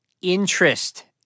interest